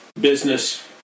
business